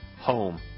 home